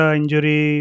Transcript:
injury